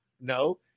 No